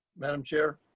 madam chair.